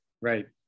Right